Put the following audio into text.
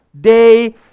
day